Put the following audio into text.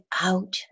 out